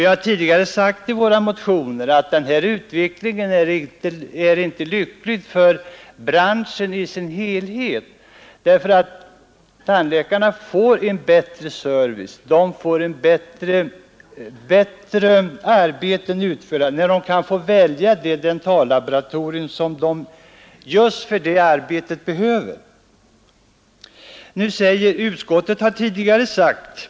Vi har tidigare sagt i våra motioner att den utvecklingen inte är lycklig för branschen i dess helhet, därför att tandläkarna får arbetena bättre utförda när de kan välja det dentallaboratorium som de behöver just för det arbete de håller på med.